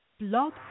Blog